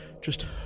Just